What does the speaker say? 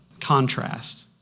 contrast